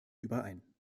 überein